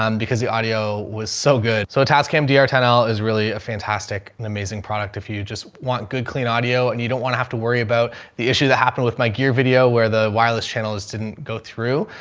um because the audio was so good. so a tascam dr tan owl is really a fantastic and amazing product. if you just want good clean audio and you don't want to have to worry about the issue that happened with my gear video where the wireless channel is, didn't go through.